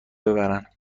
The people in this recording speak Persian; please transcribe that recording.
ببرن